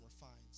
refines